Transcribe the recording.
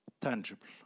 Tangible